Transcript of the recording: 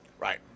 Right